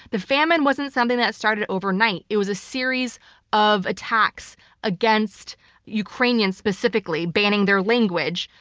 the famine wasn't something that started over night, it was a series of attacks against ukrainians specifically, banning their language.